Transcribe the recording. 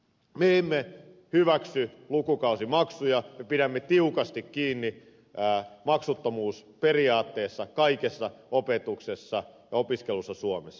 me emme hyväksy lukukausimaksuja ja pidämme tiukasti kiinni maksuttomuusperiaatteesta kaikessa opetuksessa ja opiskelussa suomessa